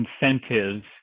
incentives